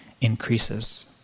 increases